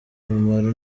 umumaro